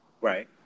Right